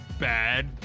Bad